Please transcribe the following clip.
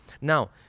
Now